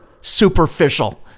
superficial